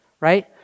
Right